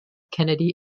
kennedy